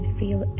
feel